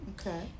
Okay